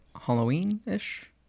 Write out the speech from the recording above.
Halloween-ish